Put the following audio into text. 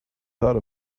thought